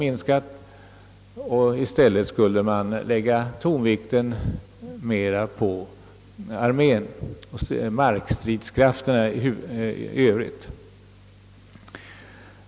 Tonvikten skulle i stället läggas på armén och markstridskrafterna i övrigt.